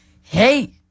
hey